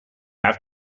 have